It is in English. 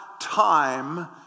time